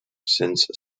since